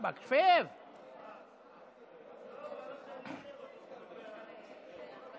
אנחנו לא כל כך מזהים עם המשקפיים.